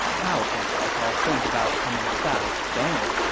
how can cao cao think about coming south then?